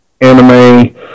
anime